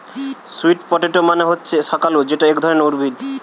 sweet potato মানে হচ্ছে শাকালু যেটা এক ধরণের উদ্ভিদ